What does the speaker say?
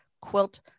quilt